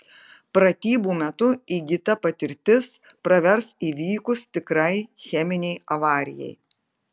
pratybų metu įgyta patirtis pravers įvykus tikrai cheminei avarijai